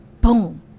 boom